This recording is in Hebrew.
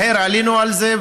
מהר עלינו על זה,